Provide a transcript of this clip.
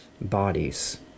bodies